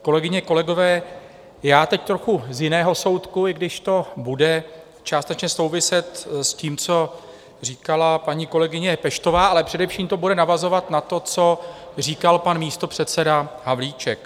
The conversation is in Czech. Kolegyně, kolegové, já teď trochu z jiného soudku, i když to bude částečně souviset s tím, co říkala paní kolegyně Peštová, ale především to bude navazovat na to, co říkal pan místopředseda Havlíček.